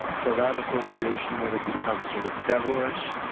so that association that had become sort of devilish.